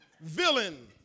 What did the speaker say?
Villain